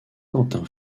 quentin